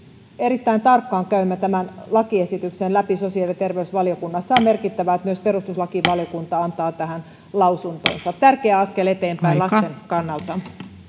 erittäin tarkkaan käymme tämän lakiesityksen läpi sosiaali ja terveysvaliokunnassa on merkittävää että myös perustuslakivaliokunta antaa tähän lausuntonsa tärkeä askel eteenpäin lasten kannalta